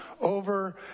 over